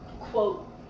quote